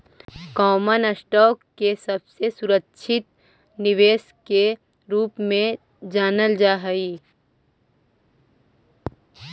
common stock के सबसे सुरक्षित निवेश के रूप में समझल जा हई